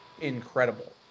incredible